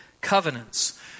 covenants